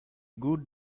good